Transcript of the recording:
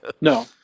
no